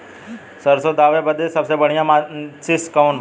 सरसों दावे बदे सबसे बढ़ियां मसिन कवन बा?